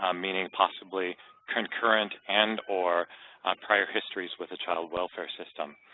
um meaning possibly concurrent and or prior histories with a child welfare system.